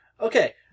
Okay